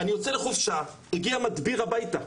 אני יוצא לחופשה, הגיע מדביר הביתה,